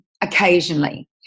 occasionally